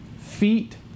feet